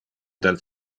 del